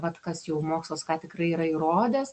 vat kas jau mokslas ką tikrai yra įrodęs